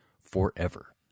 forever